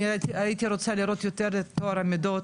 אני הייתי רוצה לראות יותר את טוהר המידות,